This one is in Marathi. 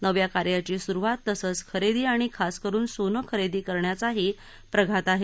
नव्या कार्याची सुरुवात तसंच खरेदी आणि खास करुन सोनं खरेदी करण्याचाही प्रघात आहे